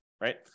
right